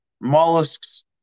Mollusks